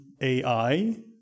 ai